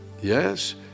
Yes